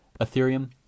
Ethereum